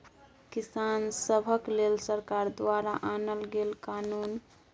किसान सभक लेल सरकार द्वारा आनल गेल कानुन